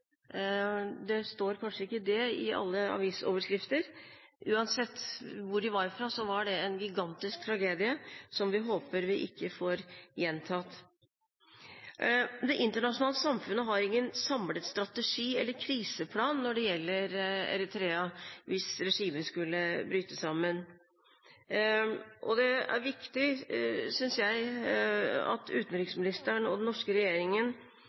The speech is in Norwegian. Det sto kanskje ikke det i alle avisoverskrifter. Uansett hvor de var fra, var dette en gigantisk tragedie som vi håper ikke skjer igjen. Det internasjonale samfunnet har ingen samlet strategi eller kriseplan når det gjelder Eritrea, hvis regimet skulle bryte sammen. Det er viktig, synes jeg, at utenriksministeren og den norske regjeringen